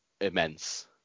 immense